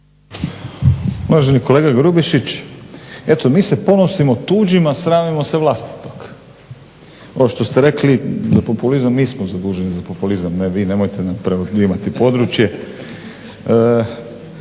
Uvaženi kolega Grubišić eto mi se ponosimo tuđim, a sramimo se vlastitog. Ono što ste rekli mi smo zaduženi za populizam, ne vi, nemojte nam preuzimati područje.